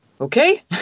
Okay